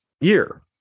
year